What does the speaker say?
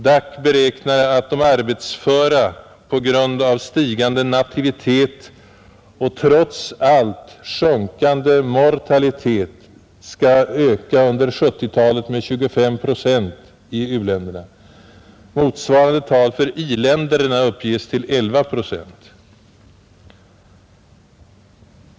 DAC beräknar att de arbetsföra på grund av stigande nativitet och trots allt sjunkande mortalitet skall öka under 1970-talet med 25 procent i u-länderna. Motsvarande tal för i-länderna uppges till 11 procent.